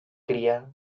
cría